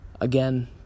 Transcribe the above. Again